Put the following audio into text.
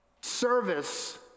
service